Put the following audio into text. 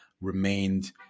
remained